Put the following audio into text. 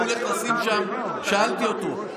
שאלתי אותו,